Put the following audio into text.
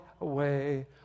away